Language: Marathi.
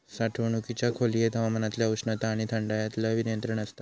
साठवणुकीच्या खोलयेत हवामानातल्या उष्णता आणि थंडायर लय नियंत्रण आसता